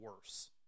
worse